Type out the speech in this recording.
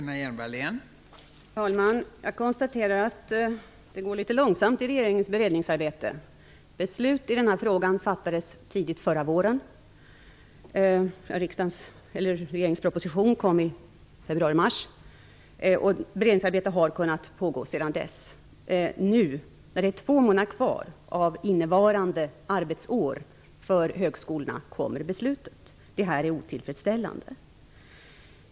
Fru talman! Jag konstaterar att det går litet långsamt i regeringens beredningsarbete. Beslut i denna fråga fattades tidigt förra våren. Regeringens proposition kom i februari/mars, och beredningsarbete har kunnat pågå sedan dess. Nu, när det är två månader kvar av innevarande arbetsår för högskolorna, kommer beslutet. Det är otillfredsställande.